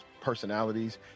personalities